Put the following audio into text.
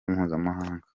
mpuzamahanga